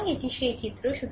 সুতরাং এটি সেই চিত্র